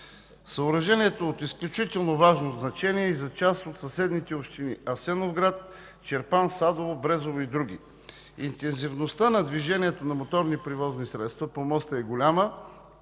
Съоръжението е от изключително важно значение и за част от съседните общини Асеновград – Чирпан – Садово – Брезово и други. Интензивността на движението на моторни превозни средства по моста е голяма